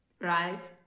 right